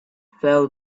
fell